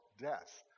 Death